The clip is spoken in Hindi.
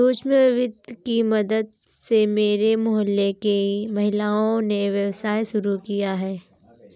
सूक्ष्म वित्त की मदद से मेरे मोहल्ले की महिलाओं ने व्यवसाय शुरू किया है